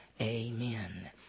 Amen